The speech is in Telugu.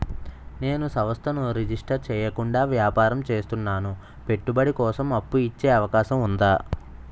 నేను సంస్థను రిజిస్టర్ చేయకుండా వ్యాపారం చేస్తున్నాను పెట్టుబడి కోసం అప్పు ఇచ్చే అవకాశం ఉందా?